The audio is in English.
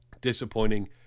disappointing